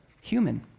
human